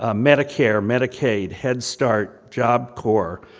ah medicare, medicaid, head start, job core,